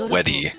Weddy